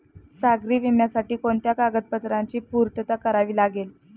सागरी विम्यासाठी कोणत्या कागदपत्रांची पूर्तता करावी लागते?